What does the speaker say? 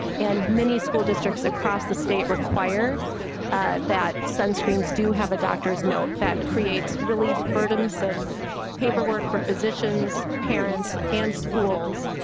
and many school districts across the state require that sunscreen do have a doctor's note and that creates really burdensome paperwork for physicians parents and schools